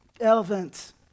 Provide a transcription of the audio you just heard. Elephants